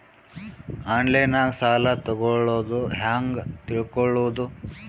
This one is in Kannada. ಆನ್ಲೈನಾಗ ಸಾಲ ತಗೊಳ್ಳೋದು ಹ್ಯಾಂಗ್ ತಿಳಕೊಳ್ಳುವುದು?